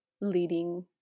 leading